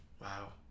wow